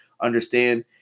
understand